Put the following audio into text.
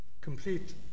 complete